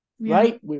right